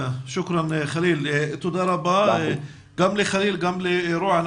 תודה רבה גם לחליל, גם לרועי.